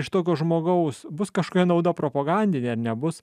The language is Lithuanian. iš tokio žmogaus bus kažkokia nauda propagandinė ar nebus